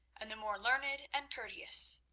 and the more learned and courteous.